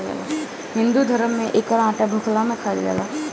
हिंदू धरम में एकर आटा भुखला में खाइल जाला